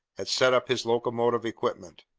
had set up his locomotive equipment.